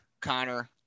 Connor